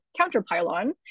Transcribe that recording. counterpylon